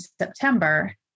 September